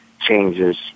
changes